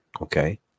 okay